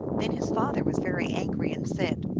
then his father was very angry, and said,